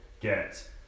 get